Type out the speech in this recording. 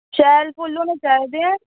शैल फुल्ल होनें चाहिदे न शैल फुल्ल होने चाहिदे न